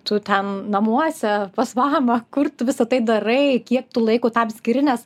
tu ten namuose pas mamą kur tu visa tai darai kiek tu laiko tam skiri nes